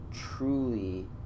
truly